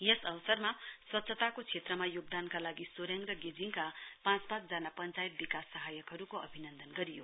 यस अवसरमा स्वच्छताको क्षेत्रमा योगदानका लागि सोरेङ गेजिङका पाँच पाँचजना पञ्चायत विकास सहायकहरूको अभिनन्दन गरियो